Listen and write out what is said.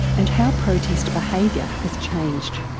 and how protest behaviour has changed.